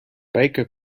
baker